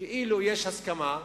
יש הסכמה.